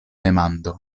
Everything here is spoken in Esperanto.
demando